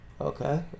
Okay